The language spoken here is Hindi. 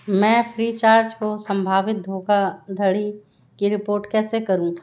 मैं फ़्रीचार्ज को संभावित धोखा धड़ी की रिपोर्ट कैसे करूँ